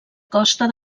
costa